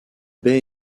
baies